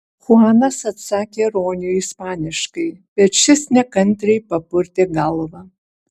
chuanas atsakė roniui ispaniškai bet šis nekantriai papurtė galvą